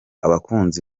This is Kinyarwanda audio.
abakunzi